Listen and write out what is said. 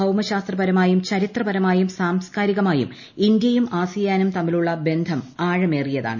ഭൌമശാസ്ത്രപരമായും ചരിത്രപരമായും സാംസ്കാരികമായും ഇന്ത്യയും ആസിയാനും തമ്മിലുള്ള ബന്ധം ആഴമേറിയതാണ്